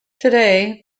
today